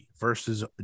versus